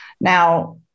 Now